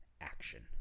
action